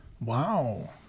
Wow